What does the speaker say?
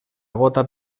gota